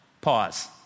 Pause